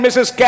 Mrs